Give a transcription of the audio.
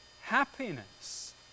happiness